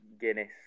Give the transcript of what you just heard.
Guinness